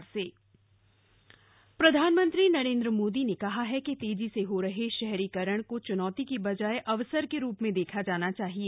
मेटो उद्बाटन प्रधानमंत्री नरेन्द्र मोदी ने कहा है कि तेजी से हो रहे शहरीकरण को चुनौती के बजाय अवसर के रूप में देखा जाना चाहिए